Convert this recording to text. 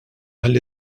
għall